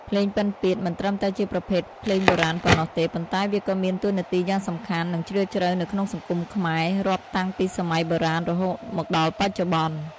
ភ្លេងពិណពាទ្យមិនត្រឹមតែជាប្រភេទភ្លេងបុរាណប៉ុណ្ណោះទេ ប៉ុន្តែវាក៏មានតួនាទីយ៉ាងសំខាន់ និងជ្រាលជ្រៅនៅក្នុងសង្គមខ្មែរ រាប់តាំងពីសម័យបុរាណរហូតមកដល់បច្ចុប្បន្ន។